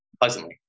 Pleasantly